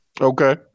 Okay